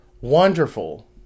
wonderful